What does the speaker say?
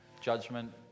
judgment